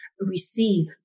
receive